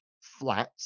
flat